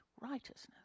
righteousness